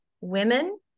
women